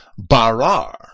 Barar